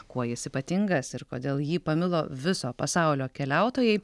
kuo jis ypatingas ir kodėl jį pamilo viso pasaulio keliautojai